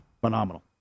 Phenomenal